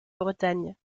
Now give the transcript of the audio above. bretagne